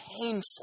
painful